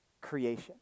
Creation